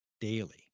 daily